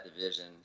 division